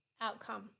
outcome